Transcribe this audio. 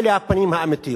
אלה הפנים האמיתיות.